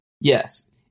yes